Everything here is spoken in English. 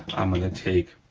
i'm gonna take